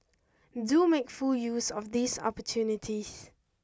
do make full use of these opportunities